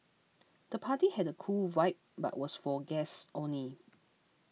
the party had a cool vibe but was for guests only